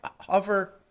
hover